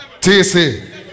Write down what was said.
TC